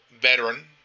veteran